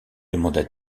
demanda